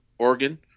oregon